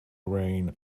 rain